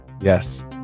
yes